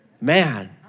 Man